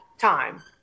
time